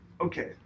Okay